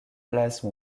place